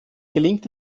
gelingt